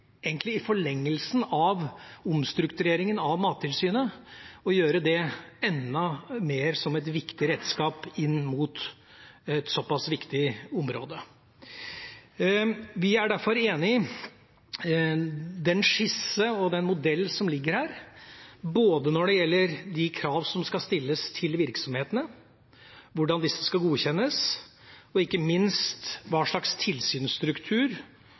egentlig i forlengelsen av omstruktureringa av Mattilsynet å gjøre det til et enda mer viktig redskap inn mot et såpass viktig område. Vi er derfor enig i den skisse og den modell som ligger her når det gjelder de krav som skal stilles til virksomhetene, hvordan disse skal godkjennes og ikke minst hva slags tilsynsstruktur